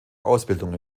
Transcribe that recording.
ausbildung